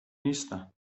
نیستم